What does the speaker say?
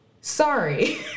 Sorry